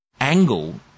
angle